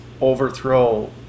overthrow